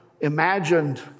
imagined